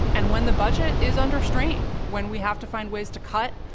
and when the budget is under strain, when we have to find ways to cut,